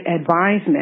advisement